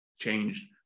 changed